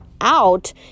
out